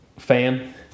Fan